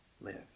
live